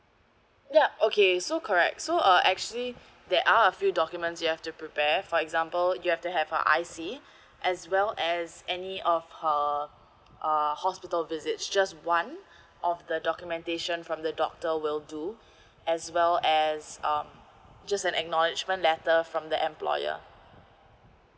ya okay so correct so uh actually there are a few documents you have to prepare for example you have to have a I_C as well as any of her uh hospital visits just one of the documentation from the doctor will do as well as um just an acknowledgement letter from the employer